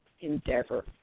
endeavor